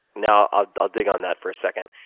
now, i'll i'll dig on that for a second.